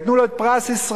ייתנו לו את פרס ישראל.